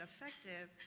effective